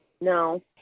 No